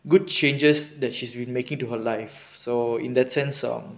good changes that she's been making to her life so in that sense of um